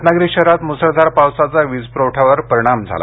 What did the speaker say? रत्नागिरी शहरात मुसळधार पावसाचा वीजप्रवठ्यावर परिणाम झाला